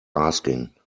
asking